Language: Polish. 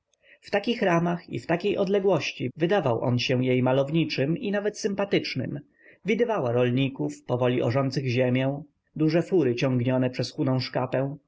w takich ramach i z takiej odległości wydawał on się jej malowniczym i nawet sympatycznym widywała rolników powoli orzących ziemię duże fury ciągnione przez